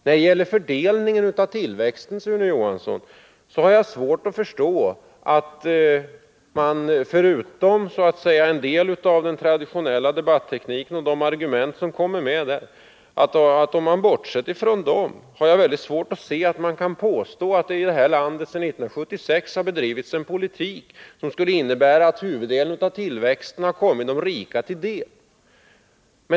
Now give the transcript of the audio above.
När det gäller fördelningen av tillväxten, Sune Johansson, har jag — bortsett från den traditionella debattekniken och de argument som kommer med där — svårt att förstå hur man kan påstå att det i det här landet sedan 1976 har bedrivits en politik som innebär att huvuddelen av tillväxten har kommit de rika till del.